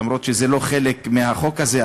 למרות שזה לא חלק מהחוק הזה,